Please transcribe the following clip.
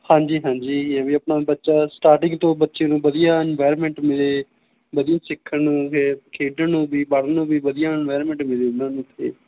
ਹਾਂਜੀ ਹਾਂਜੀ ਇਹ ਵੀ ਆਪਣਾ ਬੱਚਾ ਸਟਾਟਿੰਗ ਤੋਂ ਬੱਚੇ ਨੂੰ ਵਧੀਆ ਐਨਵਾਇਰਮੈਂਟ ਮਿਲੇ ਵਧੀਆ ਸਿੱਖਣ ਨੂੰ ਹੈ ਖੇਡਣ ਨੂੰ ਵੀ ਪੜ੍ਹਨ ਨੂੰ ਵੀ ਵਧੀਆ ਐਨਵਾਇਰਮੈਂਟ ਮਿਲੇ ਉਨ੍ਹਾਂ ਨੂੰ ਅਤੇ